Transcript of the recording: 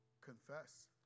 confess